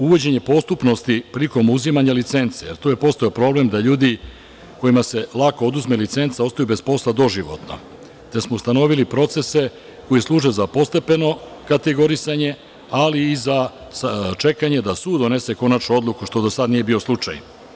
Uvođenje postupnosti prilikom uzimanja licence, jer je tu postojao problem da ljudi kojima se lako oduzme licenca ostaju bez posla doživotno, te smo ustanovili procese koji služe za postepeno kategorisanje, ali i sa čekanjem da sud donese konačnu odluku što do sada nije bio slučaj.